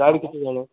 car कितली जाणांक